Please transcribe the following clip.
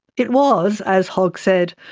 it was, as hogg said,